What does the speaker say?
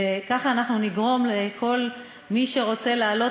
ככה אנחנו נגרום שכל מי שרוצה לעלות